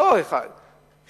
לא הורה אחד,